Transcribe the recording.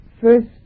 first